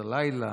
הלילה,